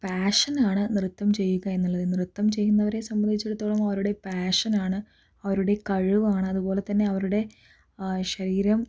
passion ആണ് നൃത്തം ചെയ്യുക എന്നുള്ളത് നൃത്തം ചെയ്യുന്നവരെ സംന്ധിച്ചിടത്തോളം അവരുടെ പാഷനാണ് അവരുടെ കഴിവാണ് അതുപോലെതന്നെ അവരുടെ ശരീരം